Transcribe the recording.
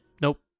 nope